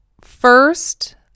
first